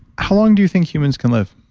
how long do you think humans can live?